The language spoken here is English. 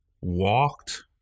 walked